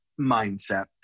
mindset